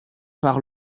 par